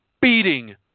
beating